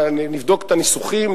נבדוק את הניסוחים,